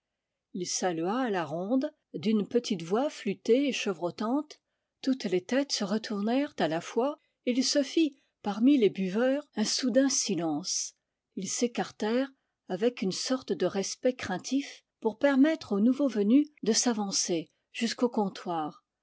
il salua à la ronde d'une petite voix flûtée et chevrotante toutes les têtes se retournèrent à la fois et il se fit parmi les buveurs un soudain silence ils s'écartèrent avec une sorte de respect craintif pour permettre au nouveau venu de s'avancer jusqu'au comptoir